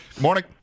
Morning